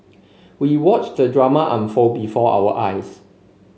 we watched the drama unfold before our eyes